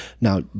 Now